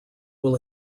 will